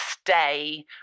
stay